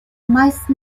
meisten